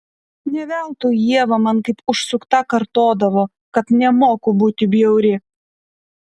ne veltui ieva man kaip užsukta kartodavo kad nemoku būti bjauri